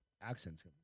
accent's